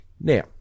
Now